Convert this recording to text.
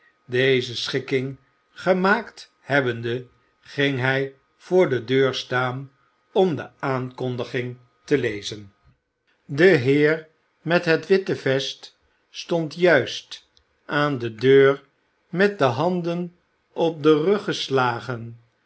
deze schikkingen gemaakt hebbende ging hij voor de deur staan om de aankondiging te lezen de heer met het witte vest stond juist aan de deur met de handen op den rug geslagen